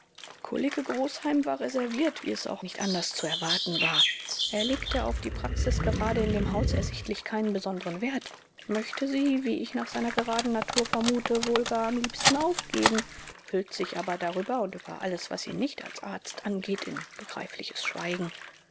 kollege großheim war reserviert wie es nicht anders zu erwarten war er legte auf die praxis gerade in dem haus ersichtlich keinen besonderen wert möchte sie wie ich nach seiner geraden natur vermute wohl gar am liebsten aufgeben hüllt sich aber darüber und über alles was ihn nicht als arzt angeht in begreifliches schweigen